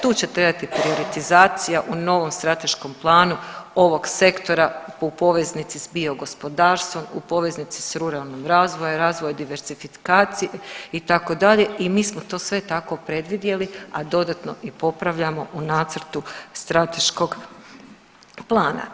Tu će trebati prioritizacija u novom strateškom planu ovog sektora u poveznici s biogospodarstvom, u poveznici s ruralnim razvojem diverzifikacije itd. i mi smo to sve tako predvidjeli, a dodatno i popravljamo u nacrtu strateškog plana.